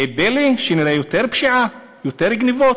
יהיה פלא שנראה יותר פשיעה, יותר גנבות?